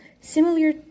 similar